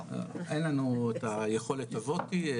לא, לא, לא, אין לנו את היכולת הזאתי.